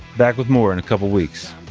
back with more in a couple weeks. the